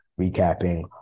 recapping